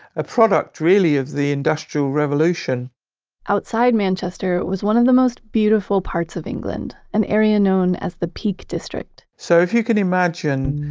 a product really of the industrial revolution outside manchester was one of the most beautiful parts of england, an area known as the peak district so if you can imagine,